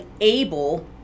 able